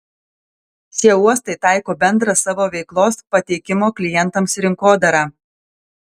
šie uostai taiko bendrą savo veiklos pateikimo klientams rinkodarą